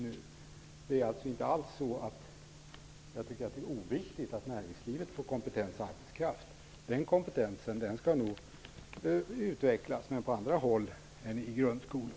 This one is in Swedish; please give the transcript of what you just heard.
Det är alltså inte alls så att jag tycker att det är oviktigt att näringslivet får kompetens och arbetskraft. Den kompetensen skall nog utvecklas, men på andra håll än i grundskolan.